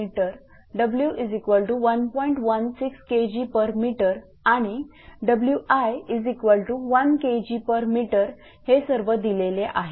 16 Kgm आणिWi1 Kgm हे सर्व दिलेले आहे